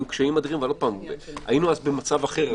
היינו אז במצב אחר.